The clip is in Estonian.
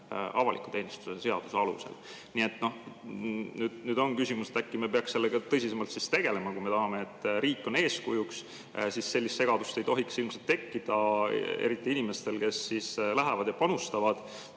avaliku teenistuse seaduse alusel. Nüüd on küsimus, et äkki me peaks siis sellega tõsisemalt tegelema. Kui me tahame, et riik on eeskujuks, siis sellist segadust ei tohiks ilmselt tekkida, eriti inimestel, kes lähevad ja panustavad.